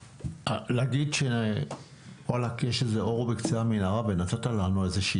להגיד שיש איזה אור בקצה המנהרה ונתת לנו איזושהי